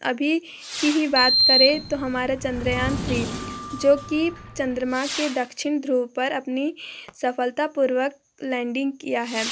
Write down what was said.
अभी की ही बात करें तो हमारा चंद्रयान थ्री जो की चन्द्रमा के दक्षिण ध्रुव पर अपनी सफलतापूर्वक लैंडिंग किया है